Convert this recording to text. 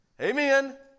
Amen